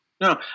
no